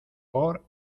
por